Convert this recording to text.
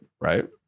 right